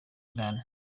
iran